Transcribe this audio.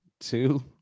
two